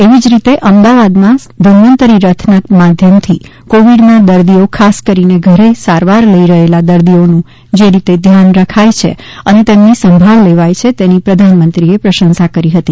એવી જ રીતે અમદાવાદમાં ધન્વંતરી રથના માધ્યમથી કોવિડના દર્દીઓ ખાસ કરીને ઘરે સારવાર લઇ રહેલા દર્દીઓનું જે રીતે ધ્યાન રખાય છે અને તેમની સંભાળ લેવાય છે તેની પ્રધાનમંત્રીએ પ્રશંસા કરી હતી